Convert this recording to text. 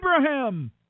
Abraham